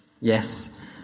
yes